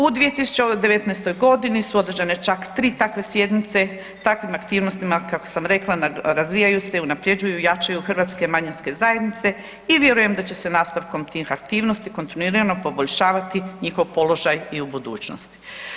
U 2019. godini su održane čak 3 takve sjednice, takvim aktivnosti kako sam rekla razvijaju i unapređuju hrvatske manjinske zajednice i vjerujem da će se nastavkom tih aktivnosti kontinuirano poboljšavati njihov položaj i u budućnosti.